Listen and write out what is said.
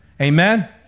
Amen